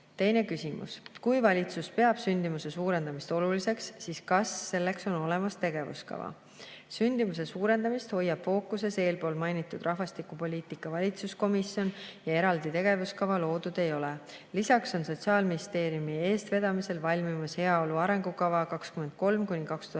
Teine küsimus: "Kui valitsus peab sündimuse suurendamist oluliseks, siis kas selleks on olemas tegevuskava?" Sündimuse suurendamist hoiab fookuses eespool mainitud rahvastikupoliitika valitsuskomisjon ja eraldi tegevuskava loodud ei ole. Lisaks on Sotsiaalministeeriumi eestvedamisel valmimas "Heaolu arengukava